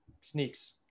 sneaks